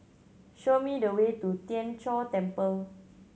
show me the way to Tien Chor Temple